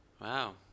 Wow